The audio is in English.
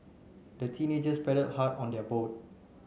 the teenagers paddled hard on their boat